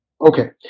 Okay